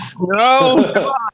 No